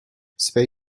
space